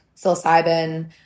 psilocybin